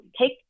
take